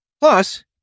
Plus